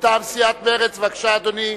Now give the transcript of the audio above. מטעם סיעת מרצ, בבקשה, אדוני.